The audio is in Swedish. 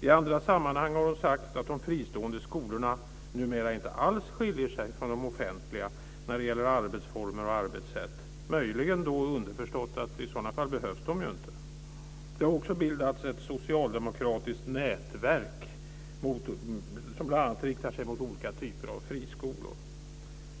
I andra sammanhang har hon sagt att de fristående skolorna numera inte alls skiljer sig från de offentliga när det gäller arbetsformer och arbetssätt. Möjligen skulle det då vara underförstått att i så fall behövs de inte. Det har också bildats ett socialdemokratiskt nätverk som bl.a. riktar sig mot olika typer av friskolor.